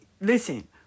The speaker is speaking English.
listen